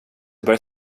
börja